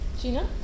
Gina